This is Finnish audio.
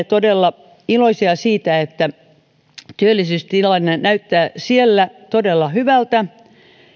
todella iloisia siitä että työllisyystilanne näyttää siellä todella hyvältä